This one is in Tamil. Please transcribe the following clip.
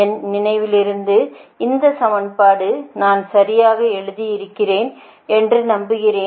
என் நினைவிலிருந்து இந்த சமன்பாடு நான் சரியாக எழுதியிருக்கிறேன் என்று நம்புகிறேன்